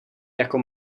jako